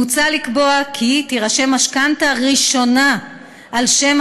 מוצע לקבוע כי תירשם משכנתה ראשונה על שם